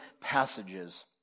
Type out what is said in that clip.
passages